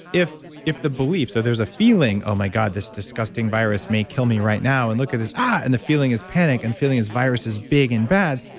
if if the beliefs are there's a feeling, oh my god, this disgusting virus may kill me right now and look at this, ah and the feeling is panic and the feeling is virus is big and bad,